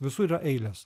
visur yra eilės